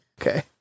Okay